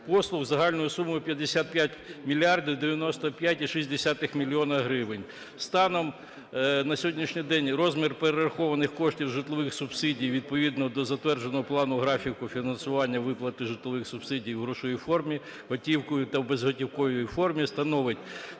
послуг загальною сумою 55 мільярдів 95,6 мільйона гривень. Станом на сьогоднішній день розмір перерахованих коштів житлових субсидій, відповідно до затвердженого плану-графіку фінансування виплати житловий субсидій у грошовій формі готівкою та в безготівковій формі, становить